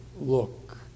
look